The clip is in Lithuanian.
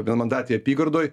vienmandatėj apygardoj